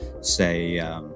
say